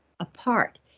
apart